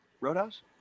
roadhouse